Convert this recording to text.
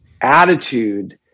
attitude